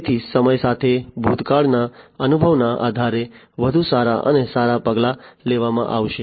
તેથી સમય સાથે ભૂતકાળના અનુભવના આધારે વધુ સારા અને સારા પગલાં લેવામાં આવશે